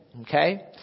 Okay